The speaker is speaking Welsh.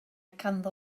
ganddo